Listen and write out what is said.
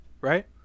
Right